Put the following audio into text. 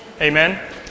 Amen